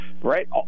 right